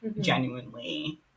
genuinely